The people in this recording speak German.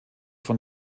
vor